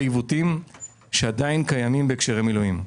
עיוותים שעדיין קיימים בהקשרי מילואים.